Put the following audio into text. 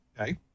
Okay